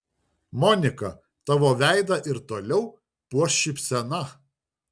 monika tavo veidą ir toliau puoš šypsena